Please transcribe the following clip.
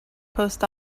post